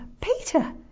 peter